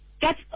get